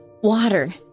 water